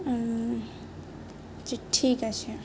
আচ্ছা ঠিক আছে